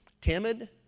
Timid